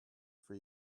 for